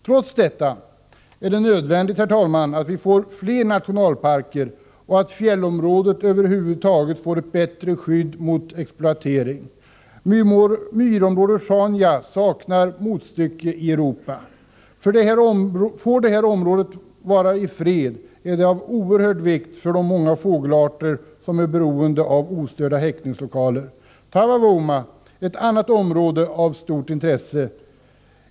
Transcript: Trots detta är det nödvändigt att vi får fler nationalparker och att fjällområdet över huvud taget får ett bättre skydd mot exploatering. Myrområdet Sjaunja saknar motstycke i Europa. Får detta område vara i fred, är det av oerhörd vikt för många fågelarter som är beroende av ostörda häckningslokaler. Taavavuoma är ett annat område av stort intresse.